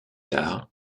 tard